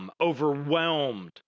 overwhelmed